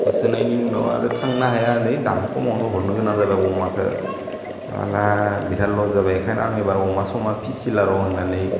होसोनायनि उनाव आरो थांनो हायालै दाम खमावनो हरनो गोनां जाबाय अमाखो साला बिराद लस जाबाय एखायनो आं एबार अमा समा फिसिला र' होन्नानै